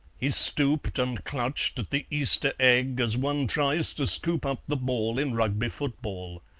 he stooped and clutched at the easter egg as one tries to scoop up the ball in rugby football.